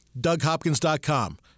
DougHopkins.com